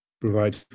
provide